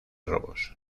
robos